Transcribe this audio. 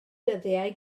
dyddiau